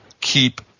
keep –